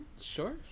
Sure